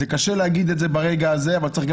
קשה להגיד את זה ברגע הזה אבל צריך גם